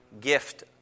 gift